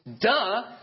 duh